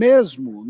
Mesmo